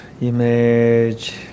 image